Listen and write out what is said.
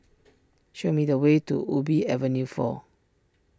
show me the way to Ubi Avenue four